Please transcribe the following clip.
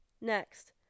Next